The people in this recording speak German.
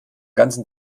ganzen